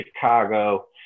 Chicago